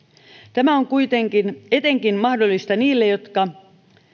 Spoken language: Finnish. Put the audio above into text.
tämä on kuitenkin mahdollista etenkin niille jotka